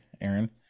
Aaron